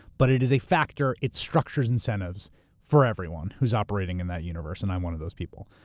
but it is a factor, it structures incentives for everyone who's operating in that universe, and i'm one of those people.